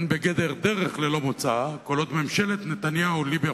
הן בגדר דרך ללא מוצא כל עוד ממשלת נתניהו-ליברמן-ברק-ישי